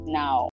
now